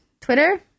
twitter